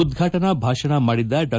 ಉದ್ವಾಟನಾ ಭಾಷಣ ಮಾದಿದ ಡಾ